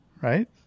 right